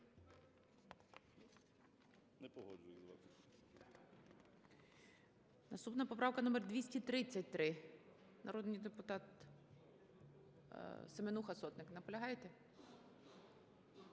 Наступна - поправка номер 233. Народний депутат... Семенуха, Сотник, наполягаєте?